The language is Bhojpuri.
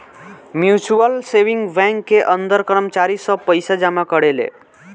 म्यूच्यूअल सेविंग बैंक के अंदर कर्मचारी सब पइसा जमा करेले